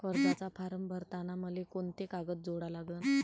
कर्जाचा फारम भरताना मले कोंते कागद जोडा लागन?